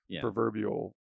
proverbial